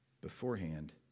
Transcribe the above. beforehand